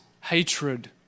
hatred